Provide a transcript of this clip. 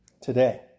today